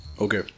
Okay